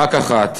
רק אחת,